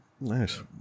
Nice